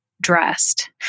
dressed